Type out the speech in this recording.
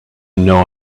know